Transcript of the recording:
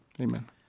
Amen